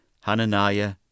Hananiah